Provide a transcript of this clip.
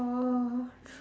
oh